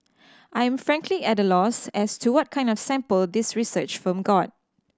I am frankly at a loss as to what kind of sample this research firm got